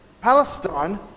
Palestine